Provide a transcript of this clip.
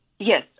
Yes